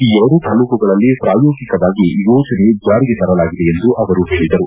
ಈ ಎರಡೂ ತಾಲ್ಲೂಕುಗಳಲ್ಲಿ ಪ್ರಾಯೋಗಿಕವಾಗಿ ಯೋಜನೆ ಜಾರಿಗೆ ತರಲಾಗಿದೆ ಎಂದು ಅವರು ಹೇಳಿದರು